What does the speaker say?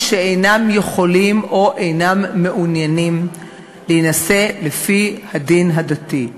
שאינם יכולים או אינם מעוניינים להינשא לפי הדין הדתי.